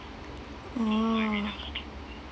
orh